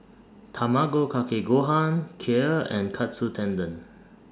Tamago Kake Gohan Kheer and Katsu Tendon